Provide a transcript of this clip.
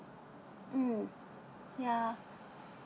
mm ya